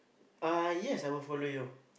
uh yes I will follow you